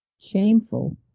Shameful